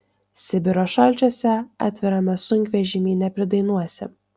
sibiro šalčiuose atvirame sunkvežimy nepridainuosi